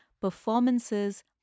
performances